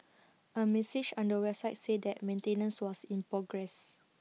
A message on the website said that maintenance was in progress